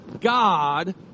God